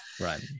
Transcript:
Right